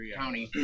county